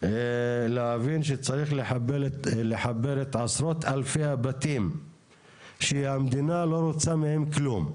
להבין שצריך לחבר את עשרות אלפי הבתים שהמדינה לא רוצה מהם כלום,